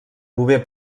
bover